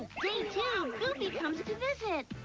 two goofy comes to visit!